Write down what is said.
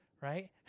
right